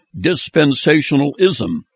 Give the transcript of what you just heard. dispensationalism